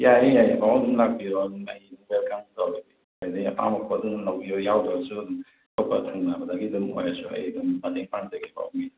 ꯌꯥꯏꯌꯦ ꯌꯥꯏꯌꯦ ꯄꯥꯕꯨꯡ ꯑꯗꯨꯝ ꯂꯥꯛꯄꯤꯔꯣ ꯑꯩ ꯋꯦꯜꯀꯝ ꯇꯧꯔꯒꯦ ꯀꯩ ꯍꯥꯏꯅꯤ ꯑꯄꯥꯝꯕ ꯄꯣꯠꯇꯨ ꯂꯧꯕꯤꯔꯣ ꯌꯥꯎꯗ꯭ꯔꯒꯁꯨ ꯑꯗꯨꯝ ꯑꯇꯣꯞꯄ ꯊꯪꯅꯕꯗꯒꯤ ꯑꯗꯨꯝ ꯑꯣꯏꯔꯁꯨ ꯑꯩ ꯑꯗꯨꯝ ꯃꯇꯦꯡ ꯄꯥꯡꯖꯒꯦꯀꯣ